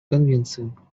конвенциям